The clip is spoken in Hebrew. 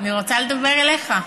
אני רוצה לדבר אליך.